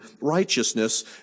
righteousness